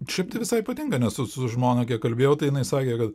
šiaip tai visai patinka nes su su žmona kiek kalbėjau tai jinai sakė kad